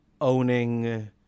owning